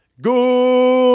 go